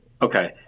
Okay